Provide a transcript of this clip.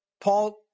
Paul